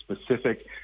specific